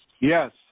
Yes